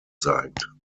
zeigt